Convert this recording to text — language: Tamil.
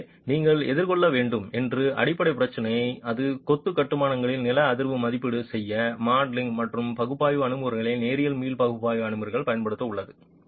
எனவே நீங்கள் எதிர்கொள்ள வேண்டும் என்று அடிப்படை பிரச்சினை அது கொத்து கட்டுமானங்கள் நில அதிர்வு மதிப்பீடு செய்ய மாடலிங் மற்றும் பகுப்பாய்வு அணுகுமுறைகள் நேரியல் மீள் பகுப்பாய்வு அணுகுமுறைகள் பயன்படுத்த உள்ளது